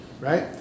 right